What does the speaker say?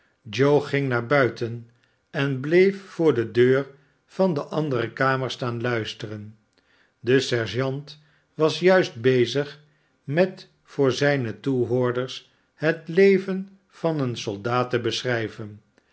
ging naar buiten en bleef voor de deur van de andere kamer staan luisteren de sergeant was juist bezig met voor zijne toehoorders het leven van een soldaat te beschrijven